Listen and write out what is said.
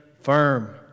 firm